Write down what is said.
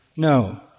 No